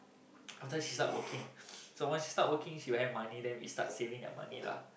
after that she start working so once she start working she will have money then we start saving that money lah